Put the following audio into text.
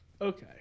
Okay